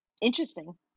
interesting